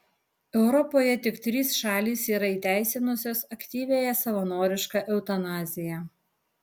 europoje tik trys šalys yra įteisinusios aktyviąją savanorišką eutanaziją